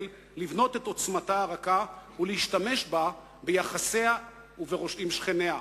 לבנות את עוצמתה הרכה ולהשתמש בה ביחסיה עם שכניה,